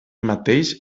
mateix